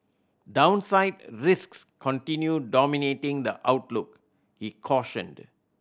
downside risks continue dominating the outlook he cautioned